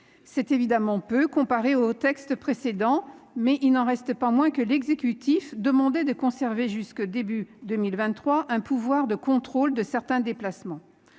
c'est évidemment peu. Mais il n'en reste pas moins que l'exécutif demandait à conserver jusqu'à début 2023 un pouvoir de contrôle de certains déplacements.